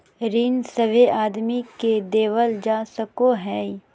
ऋण सभे आदमी के देवल जा सको हय